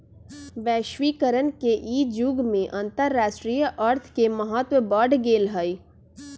वैश्वीकरण के इ जुग में अंतरराष्ट्रीय अर्थ के महत्व बढ़ गेल हइ